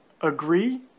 agree